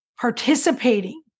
participating